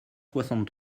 soixante